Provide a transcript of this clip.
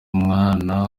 umwana